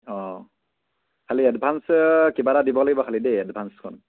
অঁ খালী এডভা্স কিবা এটা দিব লাগিব খালী দেই এডভা্সখন